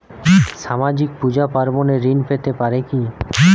সামাজিক পূজা পার্বণে ঋণ পেতে পারে কি?